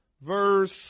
Verse